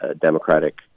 democratic